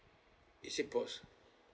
is it poss~